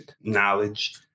knowledge